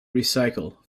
recycle